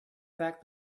fact